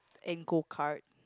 and go kart